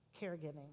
caregiving